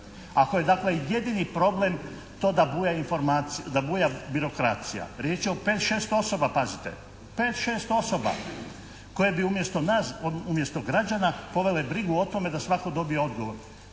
dakle jedini problem to da buja birokracija, riječ je o pet, šest osoba pazite. Pet, šest osoba koje bi umjesto nas, umjesto građana povele brigu o tome da svatko dobija odgovor.